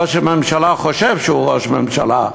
ראש הממשלה חושב שהוא ראש ממשלה,